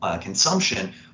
consumption